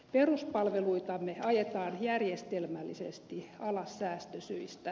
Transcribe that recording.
peruspalveluitamme ajetaan järjestelmällisesti alas säästösyistä